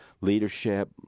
leadership